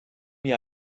mir